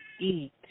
eat